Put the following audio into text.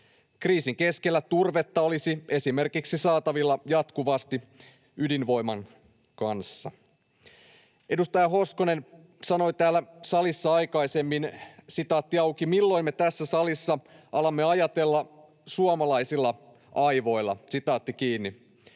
Kriisin keskellä esimerkiksi turvetta olisi saatavilla jatkuvasti, ydinvoiman kanssa. Edustaja Hoskonen sanoi täällä salissa aikaisemmin: ”Milloin me tässä salissa alamme ajatella suomalaisilla aivoilla?” Kaikessa